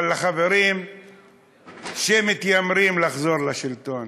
אבל החברים שמתיימרים לחזור לשלטון,